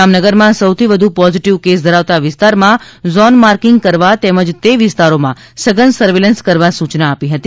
જામનગરમાં સૌથી વધુ પોઝિટિવ કેસ ધરાવતા વિસ્તારના ઝોન માર્કિંગ કરવા તેમજ તે વિસ્તારોમાં સઘન સર્વેલન્સ કરવા સૂચના આપી હતી